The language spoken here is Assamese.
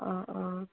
অঁ অঁ